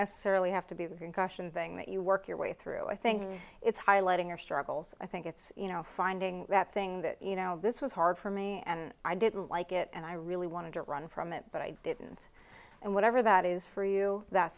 necessarily have to be the concussion thing that you work your way through i think it's highlighting your struggles i think it's you know finding that thing that you know this was hard for me and i didn't like it and i really wanted to run from it but i didn't and whatever that is for you that's